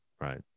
Right